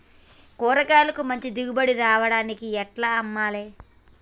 కూరగాయలకు మంచి దిగుబడి రావడానికి ఎట్ల అమ్మాలే?